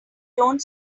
don’t